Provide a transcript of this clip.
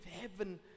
heaven